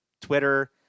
Twitter